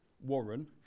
Warren